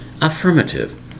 Affirmative